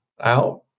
out